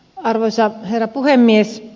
arvoisa herra puhemies